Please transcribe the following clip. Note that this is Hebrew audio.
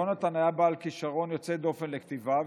יהונתן היה בעל כישרון יוצא דופן לכתיבה,